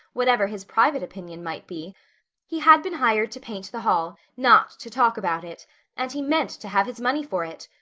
whatever his private opinion might be he had been hired to paint the hall, not to talk about it and he meant to have his money for it.